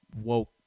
woke